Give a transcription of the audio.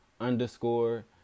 underscore